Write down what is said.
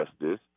justice